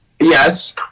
Yes